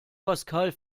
pascal